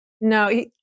No